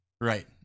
right